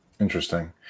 interesting